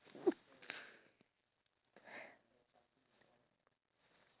iya I would just eat it on its own yes